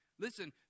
Listen